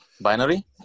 Binary